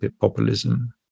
populism